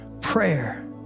prayer